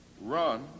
run